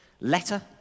letter